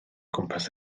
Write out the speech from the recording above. gwmpas